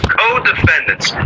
co-defendants